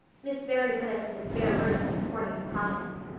miss barry put us in the spare room, according to promise.